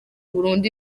burundu